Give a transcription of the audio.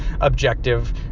objective